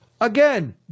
Again